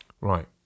Right